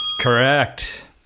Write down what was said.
Correct